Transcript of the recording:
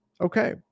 okay